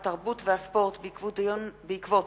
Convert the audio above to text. התרבות והספורט בעקבות